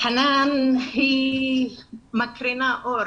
חנאן היא מקרינה אור